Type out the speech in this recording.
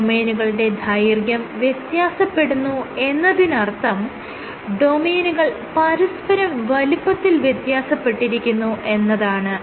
ഡൊമെയ്നുകളുടെ ദൈർഘ്യം വ്യത്യാസപ്പെടുന്നു എന്നതിനർത്ഥം ഡൊമെയ്നുകൾ പരസ്പരം വലുപ്പത്തിൽ വ്യത്യാസപ്പെട്ടിരിക്കുന്നു എന്നതാണ്